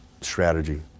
strategy